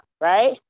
right